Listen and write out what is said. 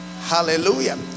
hallelujah